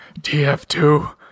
TF2